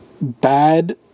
bad